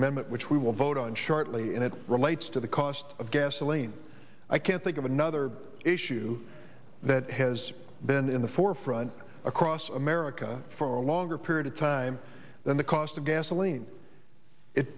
amendment which we will vote on shortly and it relates to the cost of gasoline i can't think of another issue that has been in the forefront across america for a longer period of time than the cost of gasoline it